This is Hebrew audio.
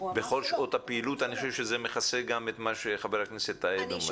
בכל שעות הפעילות אני חושב שזה מכסה גם את מה שחבר הכנסת טייב אומר.